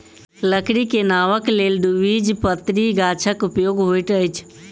लकड़ी के नावक लेल द्विबीजपत्री गाछक उपयोग होइत अछि